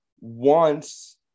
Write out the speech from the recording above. wants